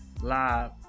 live